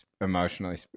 emotionally